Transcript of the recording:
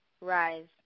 rise